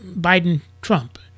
Biden-Trump